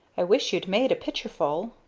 i wish you'd made a pitcherful.